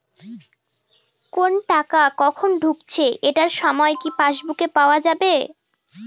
কোনো টাকা কখন ঢুকেছে এটার সময় কি পাসবুকে পাওয়া যাবে?